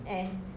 eh